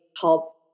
help